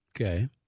Okay